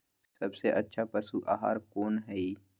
सबसे अच्छा पशु आहार कोन हई?